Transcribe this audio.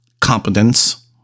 competence